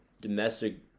domestic